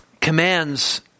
commands